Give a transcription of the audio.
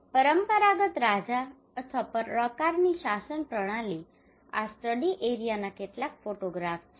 પરંપરાગત રાજા અથવા પ્રકારની શાસન પ્રણાલી આ સ્ટડી એરીયાના કેટલાક ફોટોગ્રાફ્સ છે